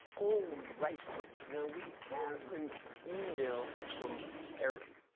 all right. now we have an email from karen.